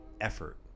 effort